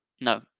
No